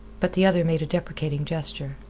but the other made a deprecating gesture.